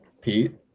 Pete